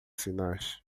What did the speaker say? sinais